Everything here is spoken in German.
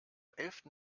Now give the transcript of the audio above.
elften